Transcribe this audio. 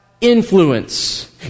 influence